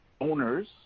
owners